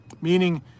meaning